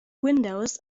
windows